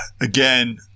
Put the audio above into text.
again